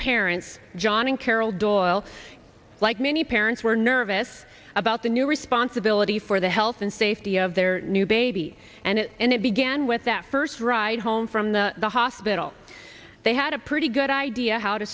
parents john and carol durrell like many parents were nervous about the new responsibility for the health and safety of their new baby and it began with that first ride home from the hospital they had a pretty good idea how to